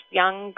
young